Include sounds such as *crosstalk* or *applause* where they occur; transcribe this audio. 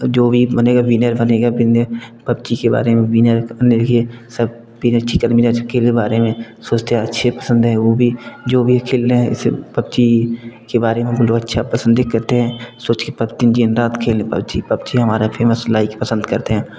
जो भी बनेगा विनर बनेगा *unintelligible* पबजी के बारे में विनर *unintelligible* सब विनर चिकन विनर खेलने बारे में सोचते हैं अच्छे पसंद है वो भी जो भी खेलना है जैसे पब्जी के बार में हम लोग अच्छा पसंद भी करते हैं सोंच के *unintelligible* दिन रात खेले पब्जी पब्जी हमारा फेमस लाइक पसंद करते हैं